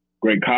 great